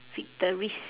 victories